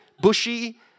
bushy